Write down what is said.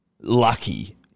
lucky